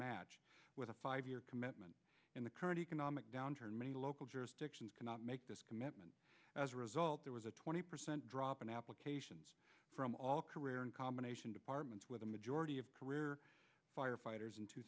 match with a five year commitment in the current economic downturn many local jurisdictions cannot make this commitment as a result there was a twenty percent drop in applications from all career in combination departments with a majority of career firefighters in two